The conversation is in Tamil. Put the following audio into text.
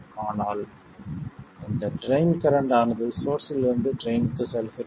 ஆனால் இந்த ட்ரைன் ட்ரைன் கரண்ட் ஆனது சோர்ஸ்ஸில் இருந்து ட்ரைன்க்குச் செல்கிறது